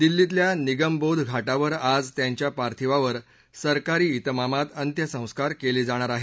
दिल्लीतल्या निगमबोध घाटावर आज त्यांच्या पार्थिवावर सरकारी इतमामात अंत्यसंस्कार केले जाणार आहेत